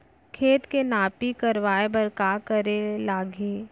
खेत के नापी करवाये बर का करे लागही?